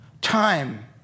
time